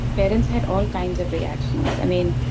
parents had all kinds of reactions. i mean,